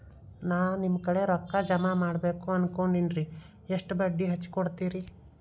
ನಾ ನಿಮ್ಮ ಕಡೆ ರೊಕ್ಕ ಜಮಾ ಮಾಡಬೇಕು ಅನ್ಕೊಂಡೆನ್ರಿ, ಎಷ್ಟು ಬಡ್ಡಿ ಹಚ್ಚಿಕೊಡುತ್ತೇರಿ?